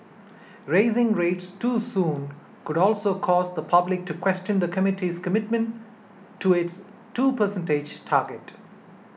raising rates too soon could also cause the public to question the committee's commitment to its two percent target